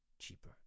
cheaper